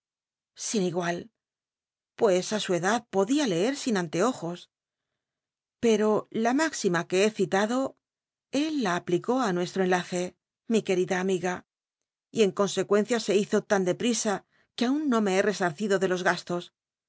sin igual pues á su celad podia lcct sin anteojos pero la m ixima que he citado él la aplicó ít nucsllo enlace mi quctida amiga y en consecuencia se hizo lan ele prisa que aun no me he resarcido de los gastos